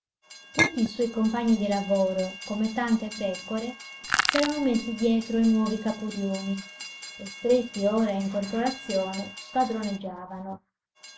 tutti i suoi compagni di lavoro come tante pecore s'erano messi dietro ai nuovi caporioni e stretti ora in corporazione spadroneggiavano